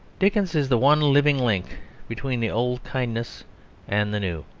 dickens is the one living link between the old kindness and the new,